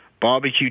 barbecue